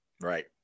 Right